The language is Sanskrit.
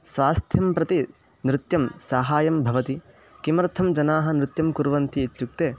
स्वास्थ्यं प्रति नृत्यं साहाय्यं भवति किमर्थं जनाः नृत्यं कुर्वन्ति इत्युक्ते